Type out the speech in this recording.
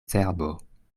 cerbo